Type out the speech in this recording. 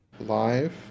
live